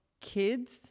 kids